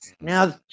Now